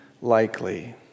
likely